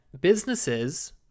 businesses